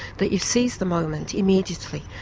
that you seize the moment immediately.